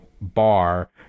bar